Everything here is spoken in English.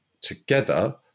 together